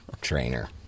trainer